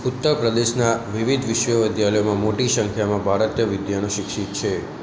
ઉત્તર પ્રદેશનાં વિવિધ વિશ્વવિદ્યાલયોમાં મોટી સંખ્યામાં ભારતીય વિદ્વાનો શિક્ષિત છે